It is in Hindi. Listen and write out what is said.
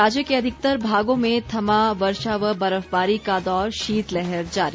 राज्य के अधिकतर भागों में थमा वर्षा व बर्फबारी का दौर शीतलहर जारी